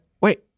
wait